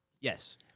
Yes